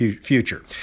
future